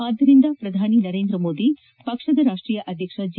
ಆದ್ದರಿಂದ ಪ್ರಧಾನಿ ನರೇಂದ್ರ ಮೋದಿ ಪಕ್ಷದ ರಾಷ್ಷೀಯ ಅಧ್ಯಕ್ಷ ಜಿ